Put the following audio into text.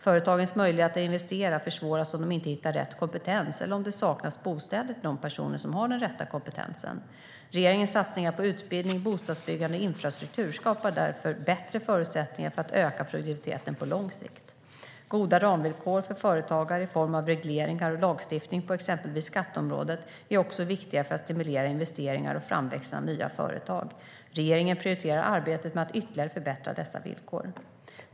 Företagens möjligheter att investera försvåras om de inte hittar rätt kompetens eller om det saknas bostäder till de personer som har den rätta kompetensen. Regeringens satsningar på utbildning, bostadsbyggande och infrastruktur skapar därför bättre förutsättningar för att öka produktiviteten på lång sikt. Goda ramvillkor för företagare, i form av regleringar och lagstiftning på exempelvis skatteområdet, är också viktiga för att stimulera investeringar och framväxten av nya företag. Regeringen prioriterar arbetet med att ytterligare förbättra dessa villkor.